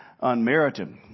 unmerited